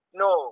no